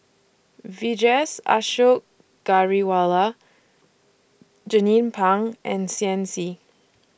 Vijesh Ashok Ghariwala Jernnine Pang and Shen Xi